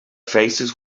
faces